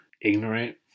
ignorant